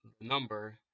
number